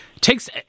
takes